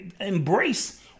embrace